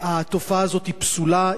התופעה הזאת פסולה,